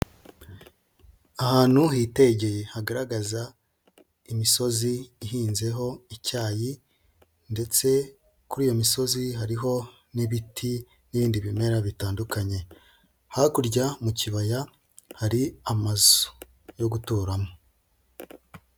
Ahantu hitegeye hagaragaza imisozi ihinzeho icyayi ndetse kuri iyo misozi hariho n'ibiti n'ibindi bimera bitandukanye, hakurya mu kibaya hari amazu yo guturamo.